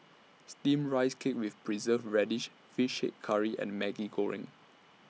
Steamed Rice Cake with Preserved Radish Fish Head Curry and Maggi Goreng